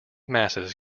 masses